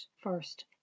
first